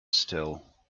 still